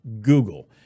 Google